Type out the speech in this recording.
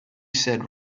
said